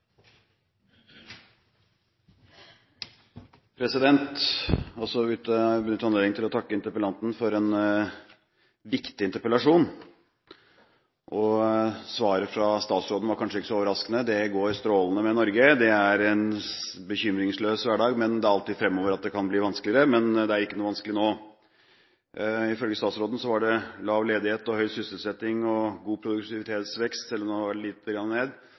vil også benytte anledningen til å takke interpellanten for en viktig interpellasjon. Svaret fra statsråden var kanskje ikke så overraskende: Det går strålende med Norge, det er en bekymringsløs hverdag. Det er alltid fremover det kan bli vanskeligere, men det er ikke noe vanskelig nå. Ifølge statsråden var det lav ledighet, høy sysselsetting og god produktivitetsvekst, selv om den har gått litt ned,